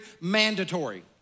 mandatory